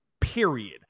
Period